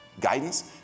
guidance